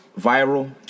viral